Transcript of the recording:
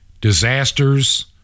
disasters